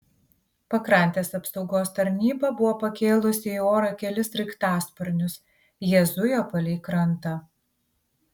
pakrantės apsaugos tarnyba buvo pakėlusi į orą kelis sraigtasparnius jie zujo palei krantą